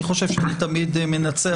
אני חושב שאני תמיד מנצח.